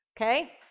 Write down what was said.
Okay